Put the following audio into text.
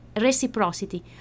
reciprocity